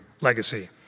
legacy